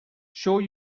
sure